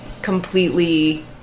completely